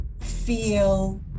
feel